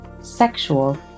sexual